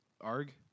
ARG